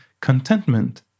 contentment